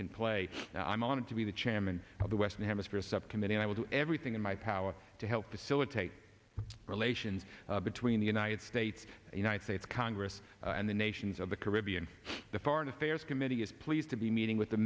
can play and i'm honored to be the chairman of the western hemisphere subcommittee and i will do everything in my power to help facilitate relations between the united states united states congress and the nations of the caribbean the foreign affairs committee is pleased to be meeting with the